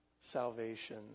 salvation